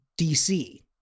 DC